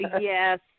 Yes